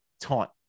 Taunt